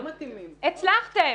הצלחתם.